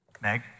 Meg